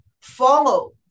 follow